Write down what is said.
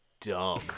dumb